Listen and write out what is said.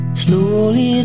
slowly